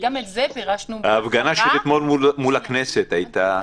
וגם את זה פירשנו --- ההפגנה של אתמול מול הכנסת מה הייתה?